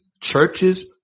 churches